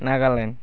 Nagaland